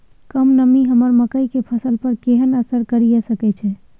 कम नमी हमर मकई के फसल पर केहन असर करिये सकै छै?